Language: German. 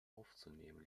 aufzunehmen